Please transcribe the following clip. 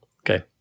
Okay